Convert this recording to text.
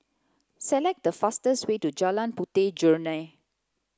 select the fastest way to Jalan Puteh Jerneh